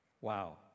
Wow